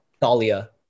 thalia